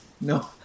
No